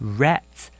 rats